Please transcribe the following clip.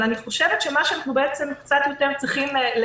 אבל אני חושבת שמה שאנחנו צריכים יותר